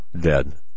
dead